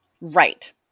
Right